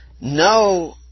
no